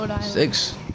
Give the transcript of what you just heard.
Six